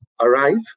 arrive